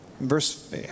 Verse